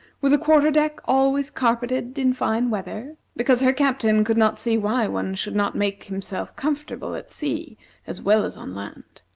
with a quarter-deck always carpeted in fine weather, because her captain could not see why one should not make himself comfortable at sea as well as on land.